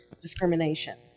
discrimination